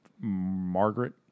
Margaret